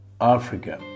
Africa